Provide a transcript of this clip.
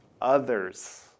others